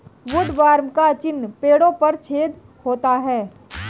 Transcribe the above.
woodworm का चिन्ह पेड़ों में छेद होता है